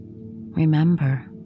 Remember